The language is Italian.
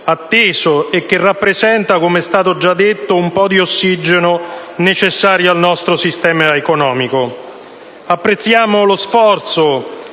atteso e che porta, come è stato già detto, un po' di ossigeno necessario al nostro sistema economico. Apprezziamo lo sforzo